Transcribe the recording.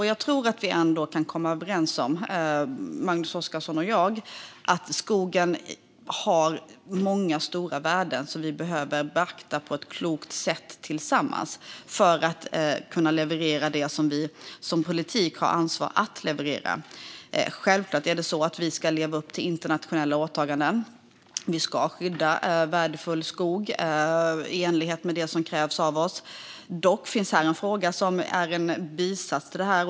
Jag tror ändå att vi kan komma överens om, Magnus Oscarsson och jag, att skogen har många stora värden som vi behöver beakta på ett klokt sätt tillsammans för att vi ska kunna leverera det som vi i politiken har ansvar för att leverera. Självklart ska vi leva upp till internationella åtaganden. Vi ska skydda värdefull skog i enlighet med det som krävs av oss. Dock finns det en fråga som är en bisats till detta.